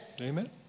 Amen